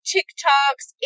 TikToks